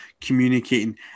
communicating